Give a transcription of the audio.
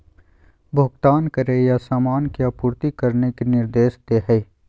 भुगतान करे या सामान की आपूर्ति करने के निर्देश दे हइ